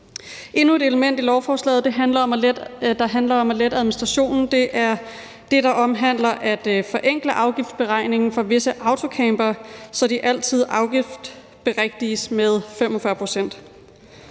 Endnu et element i lovforslaget handler om at lette administrationen, og det er det, der omhandler at forenkle afgiftsberegningen for visse autocampere, så de altid afgiftsberigtiges med 45 pct.